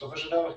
בסופו של דבר,